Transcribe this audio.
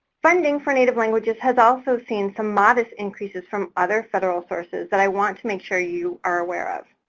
funding for native languages has also seen some modest increases from other federal sources that i want to make sure you are aware of.